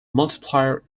multiplier